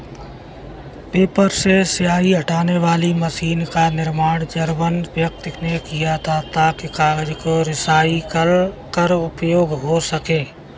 paper से स्याही हटाने वाली मशीन का निर्माण जर्मन व्यक्ति ने किया था ताकि कागज को रिसाईकल कर उपयोग हो सकें